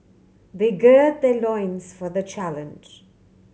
they gird their loins for the challenge